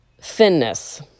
thinness